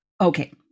Okay